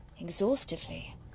exhaustively